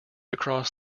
across